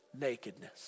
nakedness